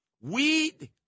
Weed